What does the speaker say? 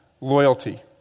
loyalty